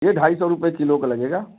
ये ढाई सौ रुपये किलो का लगेगा